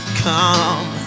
come